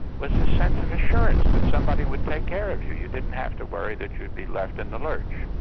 was the sense of assurance that somebody would take care of you. you didn't have to worry that you'd be left in the lurch.